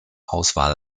auswahl